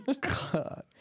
God